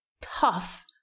tough